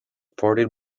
ported